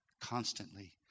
constantly